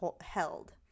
held